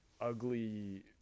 ugly